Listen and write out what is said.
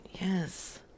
Yes